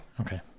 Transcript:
Okay